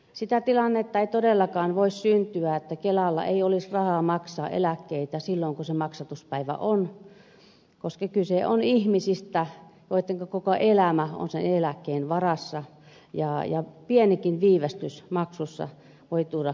sellaista tilannetta ei todellakaan voi syntyä että kelalla ei olisi rahaa maksaa eläkkeitä silloin kun maksatuspäivä on koska kyse on ihmisistä joitten koko elämä on sen eläkkeen varassa ja pienikin viivästys maksussa voi tuoda katastrofin talouteen